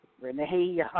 Renee